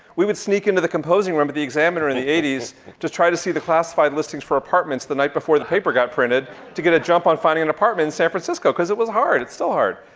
we would sneak into the composing room at the examiner in the eighty s to try to see the classified listings for apartments the night before the paper got printed to get a jump on finding an apartment in san francisco cause it was hard. it's still hard.